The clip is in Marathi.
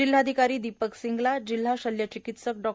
जिल्हाधिकारी दीपक सिंगला जिल्हा शल्यचिकित्सक डॉ